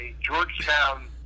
Georgetown